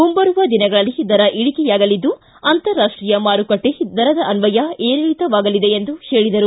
ಮುಂಬರುವ ದಿನಗಳಲ್ಲಿ ದರ ಇಳಿಕೆಯಾಗಲಿದ್ದು ಅಂತರಾಷ್ಷೀಯ ಮಾರುಕಟ್ಟೆ ದರದ ಅನ್ವಯ ಏರಿಳಿತವಾಗಲಿದೆ ಎಂದು ಹೇಳಿದರು